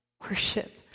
worship